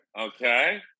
okay